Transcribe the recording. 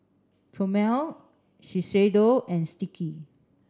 Chomel Shiseido and Sticky